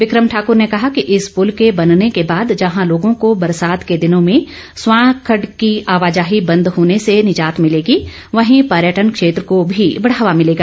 बिक्रम ठाकुर ने ॅकहा कि इस पुल के बनने के बाद जहां लोगों को बरसात के दिनों में स्वां खड़ड की आवाजाही बंद होने से निजात मिलेगी वहीं पर्यटन क्षेत्र को भी बढ़ावा मिलेगा